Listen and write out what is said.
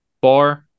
bar